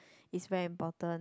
is very important